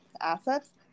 assets